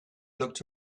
looked